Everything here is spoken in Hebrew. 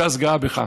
ש"ס גאה בך.